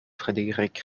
frédéric